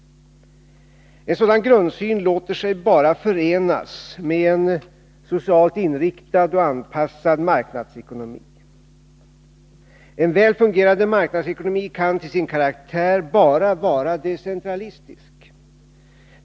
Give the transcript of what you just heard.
En sådan grundsyn låter sig bara förenas med en socialt inriktad och anpassad marknadsekonomi. En väl fungerande marknadsekonomi kan till sin karaktär bara vara decentralistisk.